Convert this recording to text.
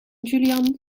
julian